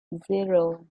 zero